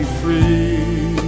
free